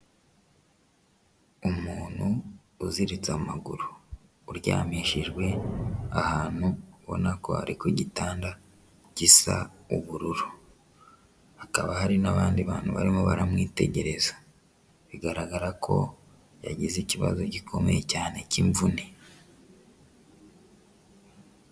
Umuntu uziritse amaguru, uryamishijwe ahantu ubona ko ari kugitanda gisa ubururu, hakaba hari n'abandi bantu barimo baramwitegereza, bigaragara ko yagize ikibazo gikomeye cyane cy'imvune.